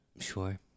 Sure